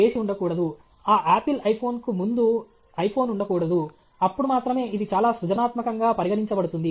చేసి ఉండకూడదు ఆ ఆపిల్ ఐఫోన్కు ముందు ఐఫోన్ ఉండకూడదు అప్పుడు మాత్రమే ఇది చాలా సృజనాత్మకంగా పరిగణించబడుతుంది